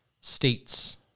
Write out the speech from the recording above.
States